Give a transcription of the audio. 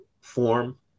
form